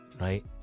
right